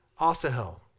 Asahel